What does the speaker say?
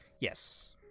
yes